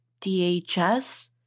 DHS